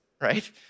right